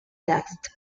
text